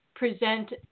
present